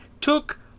took